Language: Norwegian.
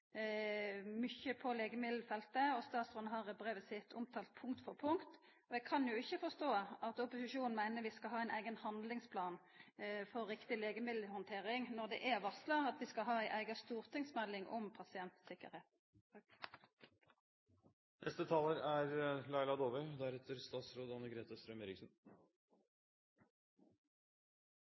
mykje på legemiddelfeltet, og statsråden har i brevet sitt omtala det punkt for punkt. Eg kan ikkje forstå at opposisjonen meiner vi skal ha ein eigen handlingsplan for riktig legemiddelhandtering når det er varsla at vi skal ha ei eiga stortingsmelding om